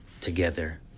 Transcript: together